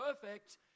perfect